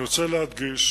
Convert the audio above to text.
אני רוצה להדגיש: